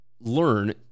learn